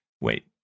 wait